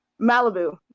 Malibu